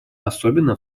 особенно